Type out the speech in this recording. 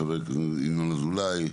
חברי הכנסת ינון אזולאי,